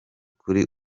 kuri